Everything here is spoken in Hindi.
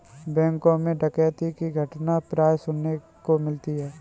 बैंकों मैं डकैती की घटना प्राय सुनने को मिलती है